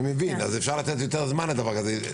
אני מבין, צריך יותר זמן לדבר הזה.